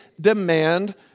demand